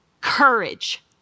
courage